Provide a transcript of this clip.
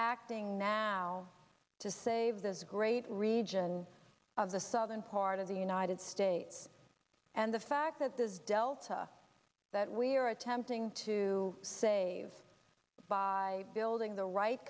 acting now to save this great region of the southern part of the united states and the fact that the delta that we are attempting to save by building the right